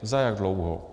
Za jak dlouho?